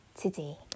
today